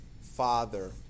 father